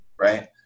Right